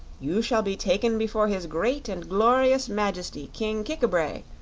you shall be taken before his great and glorious majesty king kik-a-bray,